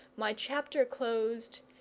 my chapter closed,